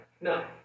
no